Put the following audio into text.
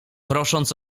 prosząc